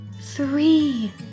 three